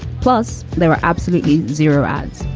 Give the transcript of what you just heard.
plus, there were absolutely zero ads.